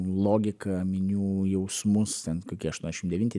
logiką minių jausmus ten kokie aštuoniašim devinti